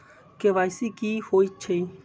KYC कि होई छई?